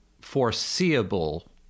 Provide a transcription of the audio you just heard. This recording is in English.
foreseeable